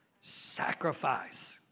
sacrifice